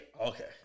Okay